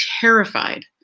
terrified